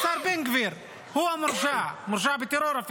השר בן גביר הוא המורשע, מורשע בטרור אפילו.